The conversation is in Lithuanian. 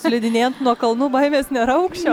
slidinėjant nuo kalnų baimės nėra aukščio